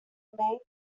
mail